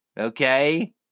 Okay